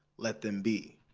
let them be.